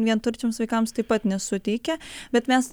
vienturčiams vaikams taip pat nesuteikia bet mes